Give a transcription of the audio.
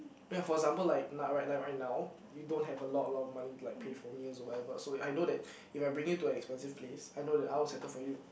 ya for example like now right now you don't have a lot a lot of money like pay for meals or whatever so I know that if I bring you to an expensive place I know that I will settle for you